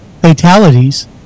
fatalities